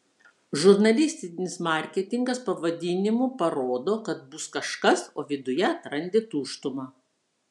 žurnalistinis marketingas pavadinimu parodo kad bus kažkas o viduje atrandi tuštumą